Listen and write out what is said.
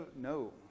no